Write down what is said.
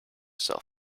sell